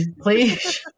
please